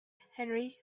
henry